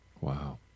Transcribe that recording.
Wow